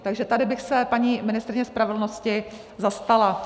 Takže tady bych se paní ministryně spravedlnosti zastala.